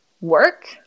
work